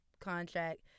contract